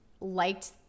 liked